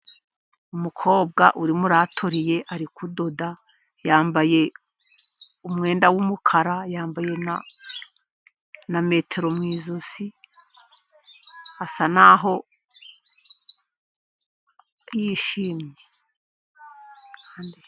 Umukobwa uri muri atoriye ari kudoda, yambaye umwenda w'umukara, yambaye na metero mu ijosi, asa naho yishimye.